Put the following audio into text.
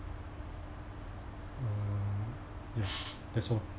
uh ya that's all